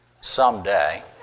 Someday